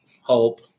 hope